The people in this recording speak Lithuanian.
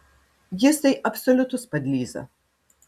jis tai absoliutus padlyza